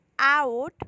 out